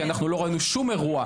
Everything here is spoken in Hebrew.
כי אנחנו לא ראינו שום אירוע,